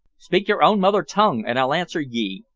speak your own mother tongue and i'll answer ye,